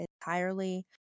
entirely